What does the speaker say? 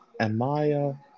Amaya